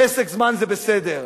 "פסק זמן" זה בסדר,